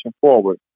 forward